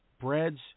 breads